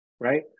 Right